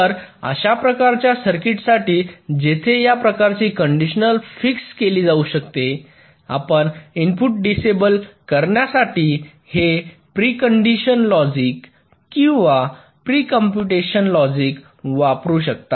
तर अशा प्रकारच्या सर्कीटसाठी जिथे या प्रकारची कंडिशन फिक्स केली जाऊ शकते आपण इनपुटला डिसेबल करण्यासाठी हे प्री कंडिशन लॉजिक किंवा प्री कंप्यूटेशन लॉजिक वापरू शकता